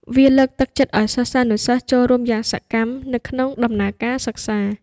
វាលើកទឹកចិត្តឲ្យសិស្សានុសិស្សចូលរួមយ៉ាងសកម្មនៅក្នុងដំណើរការសិក្សា។